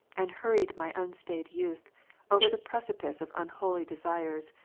and hurried my unstayed youth over the precipice of unholy desires,